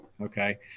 okay